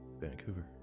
Vancouver